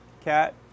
Cat